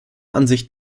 ansicht